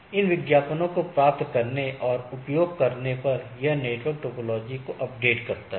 इन विज्ञापनों को प्राप्त करने और उपयोग करने पर यह नेटवर्क टोपोलॉजी को अपडेट करता है